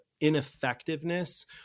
ineffectiveness